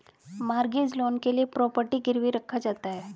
mortgage loan के लिए property गिरवी रखा जाता है